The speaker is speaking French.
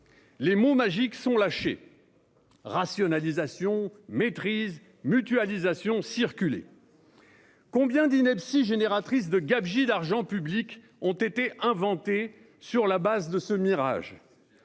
les mots magiques sont lâchés :« rationalisation, maîtrise, mutualisation, circulez !» Combien d'inepties génératrices de gabegie d'argent public ont été inventées sur la base de ce mirage ?